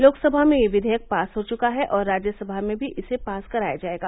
लोकसभा में यह विधेयक पास हो चुका है और राज्यसभा में भी इसे पास कराया जायेगा